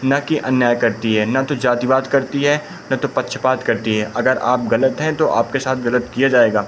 ना कि अन्याय करती है ना तो जातिवाद करती है ना तो पक्षपात करती है अगर आप ग़लत हैं तो आपके साथ ग़लत किया जाएगा